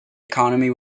economy